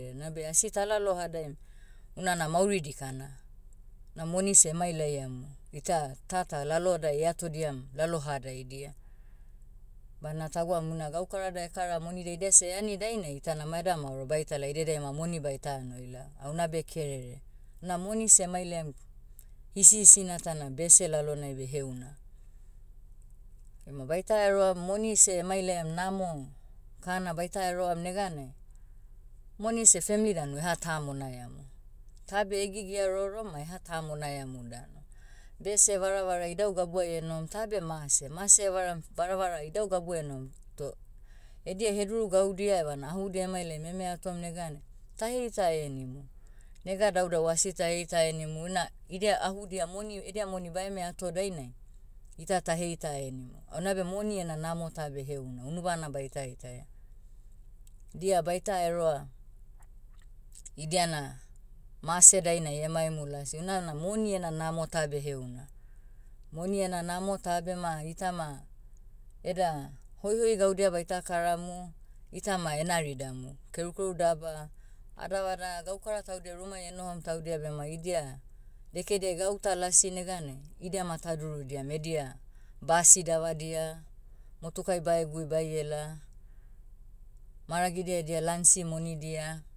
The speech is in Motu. Keren. Nabe asi talalohadaim, unana mauri dikana. Na moni seh emailaiamu, ita tata lalodai eatodiam, lalohadaidia. Bana tagwaum una gaukarada ekara monidia idia seh eani dainai itana maeda maoro baitala idediai ma moni baita noi lao, ah una beh kerere. Na moni seh emailaiam, hisihisina ta na bese lalonai beh heuna. Ema baita eroam moni seh emailaiam namo, kana baita eroam neganai, moni seh femli danu eha tamonaiamu. Ta beh egigia rorom ma eha tamonaiamu danu. Bese varavara idau gabuai enohom tabe mase. Mase evaram, varavara idau gabu enohom, toh, edia heduru gaudia evana ahudia emailaim eme atom neganai, ta heita henimu. Nega daudau asi taheita henim una, idia ahudia monio- edia moni baeme ato dainai, ita taheita henimu. A onabe moni ena namo ta beh heuna unu bana baita itaia. Dia baita eroa, idiana, mase dainai emaimu lasi inana moni ena namo ta beh heuna. Moni ena namo tabe ma itama, eda, hoihoi gaudia baita karamu, ita ma enaridamu. Kerukeru daba, adavada gaukara taudia rumai enohom taudia bema idia, dekediai gauta lasi neganai, idia ma tadurudiam edia, basi davadia, motukai bae gui baiela, maragidia edia lansi monidia,